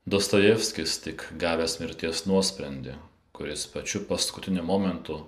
dostojevskis tik gavęs mirties nuosprendį kuris pačiu paskutiniu momentu